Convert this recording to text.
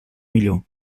millor